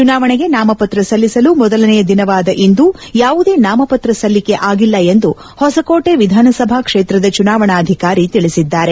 ಚುನಾವಣೆಗೆ ನಾಮಪತ್ರ ಸಲ್ಲಿಸಲು ಮೊದಲನೆಯ ದಿನವಾದ ಇಂದು ಯಾವುದೇ ನಾಮಪತ್ರ ಸಲ್ಲಿಕೆ ಆಗಿಲ್ಲ ಎಂದು ಹೊಸಕೋಟೆ ವಿಧಾನಸಭಾ ಕ್ಷೇತ್ರದ ಚುನಾವಣಾಧಿಕಾರಿ ತಿಳಿಸಿದ್ದಾರೆ